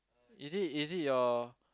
is it is it your